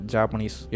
Japanese